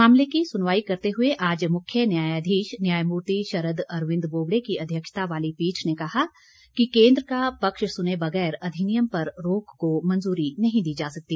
मामले की सुनवाई करते हुए आज मुख्य न्यायधीश न्यायमूर्ति शरद अरविन्द बोबड़े की अध्यक्षता वाली पीठ ने कहा कि केन्द्र का पक्ष सुने बगेर अधिनियम पर रोक को मंजूरी नहीं दी जा सकती